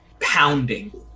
pounding